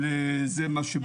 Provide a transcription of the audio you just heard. אבל זה מה שמוגדר.